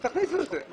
אז תכניסו את זה.